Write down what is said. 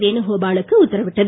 வேணுகோபாலுக்கு உத்தரவிட்டனர்